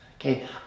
okay